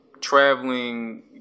traveling